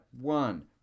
one